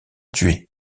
tués